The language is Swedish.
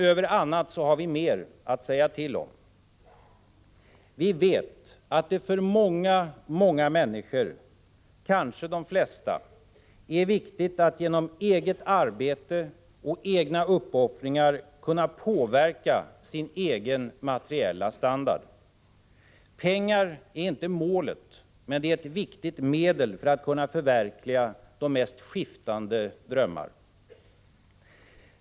Över annat har vi mer att säga till om. Vi vet att det för många, många människor, kanske de flesta, är viktigt att genom eget arbete och egna uppoffringar kunna påverka sin egen materiella standard. Pengar är inte målet i sig men ett viktigt medel att kunna förverkliga de mest skiftande drömmar.